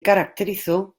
caracterizó